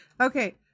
Okay